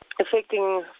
affecting